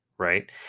right